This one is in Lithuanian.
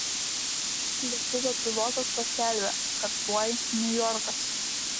lėktuvo pilotas paskelbia kad tuoj niujorkas